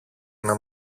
ένα